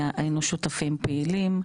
היינו שותפים פעילים.